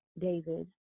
David